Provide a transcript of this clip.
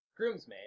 groomsmaid